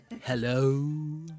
Hello